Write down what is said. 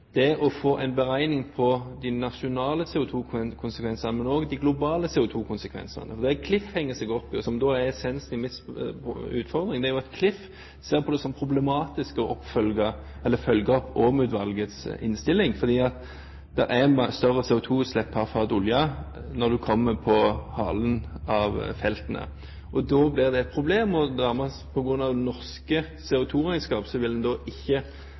det å få en beregning av de nasjonale CO2-konsekvensene, men også de globale CO2-konsekvensene. Det Klif henger seg opp i, og som er essensen i min utfordring, er at de ser på det som problematisk å følge opp Åm-utvalgets innstilling, for det er større CO2-utslipp per fat olje i halen av feltene. Da blir det et problem. På grunn av norske CO2-regnskap vil en ikke